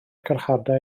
carchardai